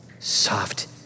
soft